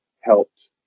helped